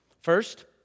First